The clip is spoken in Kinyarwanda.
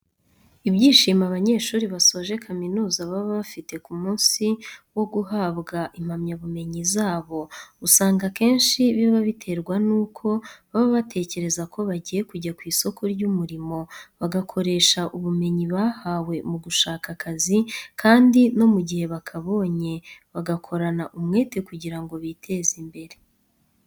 Ibyishimo abanyeshuri basoje kaminuza baba bafite ku munsi wa guhabwa impamyabumenyi yabo, usanga akenshi biba biterwa nuko baba batekereza ko bagiye kujya ku isoko ry'umurimo, bagakoresha ubumenyi bahawe mu gushaka akazi kandi no mu gihe bakabonye, bakagakorana umwete kugira ngo biteze imbere.